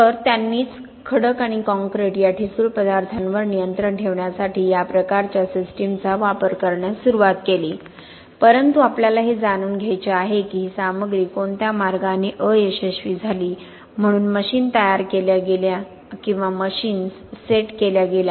तर त्यांनीच खडक आणि काँक्रीट या ठिसूळ पदार्थांवर नियंत्रण ठेवण्यासाठी या प्रकारच्या सिस्टमंचा वापर करण्यास सुरुवात केली परंतु आपल्याला हे जाणून घ्यायचे आहे की ही सामग्री कोणत्या मार्गाने अयशस्वी झाली म्हणून मशीन तयार केल्या गेल्या किंवा मशीन्स सेट केल्या गेल्या